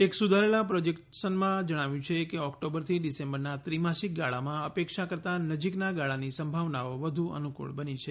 એક સુધારેલા પ્રોજેક્શનમાં જણાવ્યું છે કે ઓક્ટોબરથી ડિસેમ્બરના ત્રિમાસિક ગાળામાં અપેક્ષા કરતાં નજીકના ગાળાની સંભાવનાઓ વધુ અનુફ્રળ બની છે